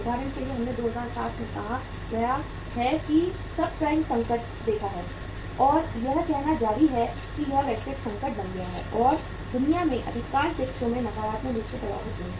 उदाहरण के लिए हमने 2007 में कहा गया है कि सबप्राइम संकट देखा है और यह कहना जारी है कि यह वैश्विक संकट बन गया है और दुनिया के अधिकांश देश नकारात्मक रूप से प्रभावित हुए हैं